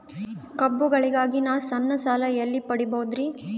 ಹಬ್ಬಗಳಿಗಾಗಿ ನಾ ಸಣ್ಣ ಸಾಲ ಎಲ್ಲಿ ಪಡಿಬೋದರಿ?